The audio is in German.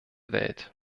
welt